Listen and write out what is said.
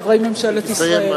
חברי ממשלת ישראל,